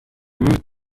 route